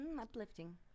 uplifting